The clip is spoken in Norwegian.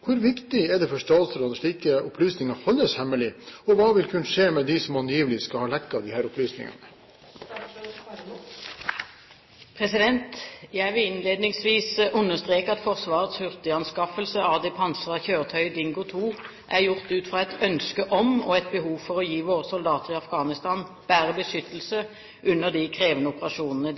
Hvor viktig er det for statsråden at slike opplysninger holdes hemmelig, og hva vil kunne skje med de som angivelig skal ha lekket opplysningene?» Jeg vil innledningsvis understreke at Forsvarets hurtiganskaffelse av det pansrede kjøretøyet Dingo 2 er gjort ut fra et ønske om, og et behov for, å gi våre soldater i Afghanistan bedre beskyttelse under de krevende operasjonene